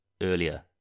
earlier